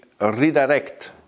redirect